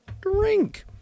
drink